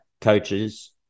coaches